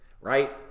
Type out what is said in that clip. right